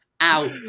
Out